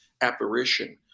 apparition